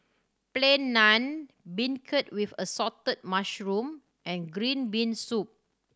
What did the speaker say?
Plain Naan beancurd with assorted mushroom and green bean soup